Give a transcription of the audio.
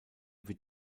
wird